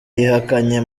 yihakanye